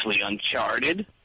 uncharted